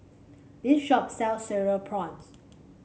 this shop sell Cereal Prawns